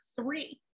three